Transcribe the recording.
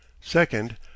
Second